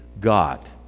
God